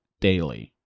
Daily